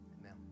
Amen